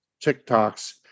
TikToks